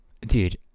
dude